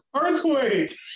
earthquake